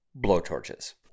blowtorches